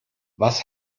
was